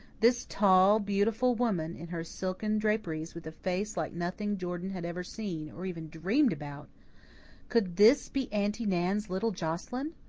this tall, beautiful woman, in her silken draperies, with a face like nothing jordan had ever seen, or even dreamed about could this be aunty nan's little joscelyn?